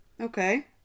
okay